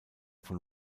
von